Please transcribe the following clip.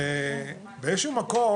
באיזה שהוא מקום,